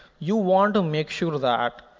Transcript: you want to make sure that